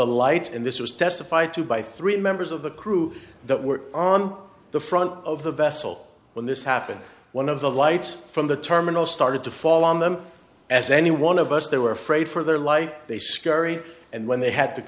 the lights in this was testified to by three members of the crew that were on the front of the vessel when this happened one of the lights from the terminal started to fall on them as any one of us they were afraid for their life they scary and when they had to